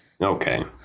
Okay